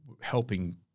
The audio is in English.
helping